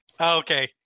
Okay